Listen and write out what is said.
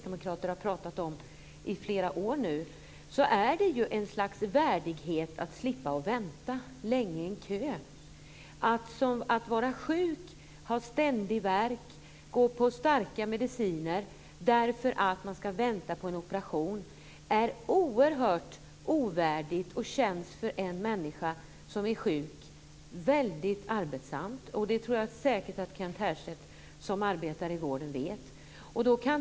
Det är ett slags värdighet att slippa vänta länge i en kö. Att vara sjuk, ha ständig värk, gå på starka mediciner därför att man ska vänta på en operation är ovärdigt och känns mycket arbetsamt för en människa som är sjuk. Det tror jag säkert att Kent Härstedt vet, som arbetar i vården.